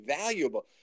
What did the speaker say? valuable